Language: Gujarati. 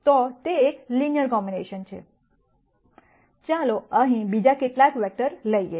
તો તે એક લિનયર કોમ્બિનેશન છે ચાલો અહીં બીજા કેટલાક વેક્ટર લઈએ